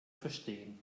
verstehen